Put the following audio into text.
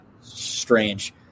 strange